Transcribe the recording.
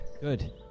Good